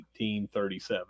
1837